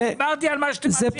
דיברתי על מה שאתה מציע עכשיו.